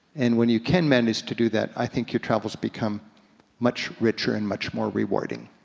and when you can manage to do that, i think your travels become much richer and much more rewarding.